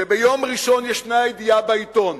שביום ראשון יש ידיעה בעיתון,